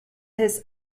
his